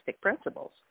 Principles